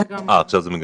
אה, עכשיו זה מגמה.